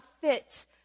fit